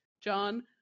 John